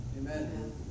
Amen